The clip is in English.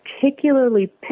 particularly